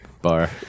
bar